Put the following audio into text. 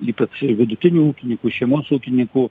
ypač vidutinių ūkininkų šeimos ūkininkų